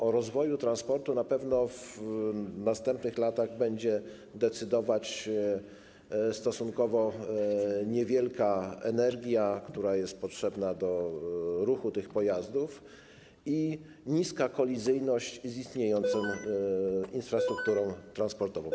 O rozwoju transportu na pewno w następnych latach będą decydować takie czynniki jak stosunkowo niewielka energia, która jest potrzebna do ruchu tych pojazdów, i niska kolizyjność z istniejącą infrastrukturą transportową.